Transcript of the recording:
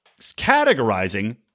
categorizing